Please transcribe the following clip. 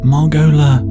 Margola